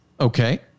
Okay